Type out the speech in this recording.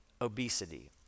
obesity